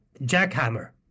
jackhammer